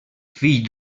fill